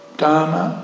dharma